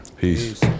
Peace